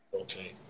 Okay